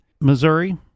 Missouri